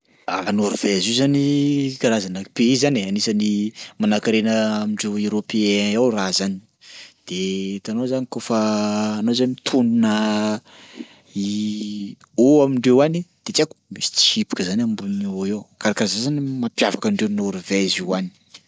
A Norvezy io zany karazana pays zany e, anisany manan-karena amin'reo européen ao raha zany de hitanao zany kaofa anao zany mitonona "o" amindreo any dia tsy haiko misy tsipika zany ambonin'ny "o" io karakaraha zay zany mampiavaka andreo Norvezy io any.